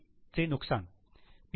चे नुकसान पी